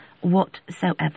whatsoever